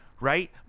right